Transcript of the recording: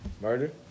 murder